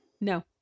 No